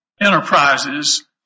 Enterprises